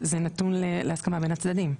זה נתון להסכמה בין הצדדים.